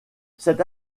cette